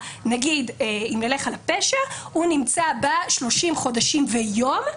אם נלך על הפשע ב-30 חודשים ויום.